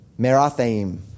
Merathaim